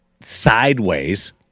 sideways